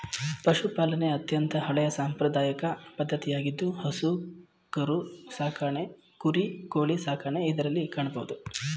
ಪಶುಪಾಲನೆ ಅತ್ಯಂತ ಹಳೆಯ ಸಾಂಪ್ರದಾಯಿಕ ಪದ್ಧತಿಯಾಗಿದ್ದು ಹಸು ಕರು ಸಾಕಣೆ ಕುರಿ, ಕೋಳಿ ಸಾಕಣೆ ಇದರಲ್ಲಿ ಕಾಣಬೋದು